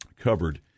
covered